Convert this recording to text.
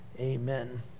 amen